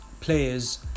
players